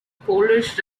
polish